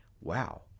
wow